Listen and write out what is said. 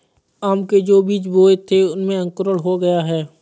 आम के जो बीज बोए थे उनमें अंकुरण हो गया है